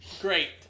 Great